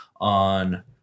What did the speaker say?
on